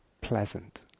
pleasant